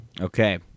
Okay